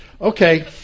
okay